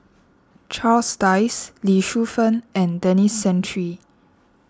Charles Dyce Lee Shu Fen and Denis Santry